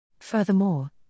Furthermore